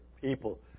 people